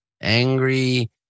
angry